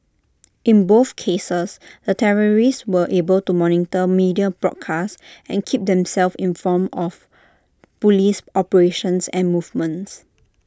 in both cases the terrorists were able to monitor media broadcasts and keep themselves informed of Police operations and movements